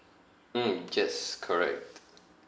mm yes correct